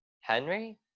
Henry